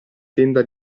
tenda